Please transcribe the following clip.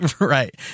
right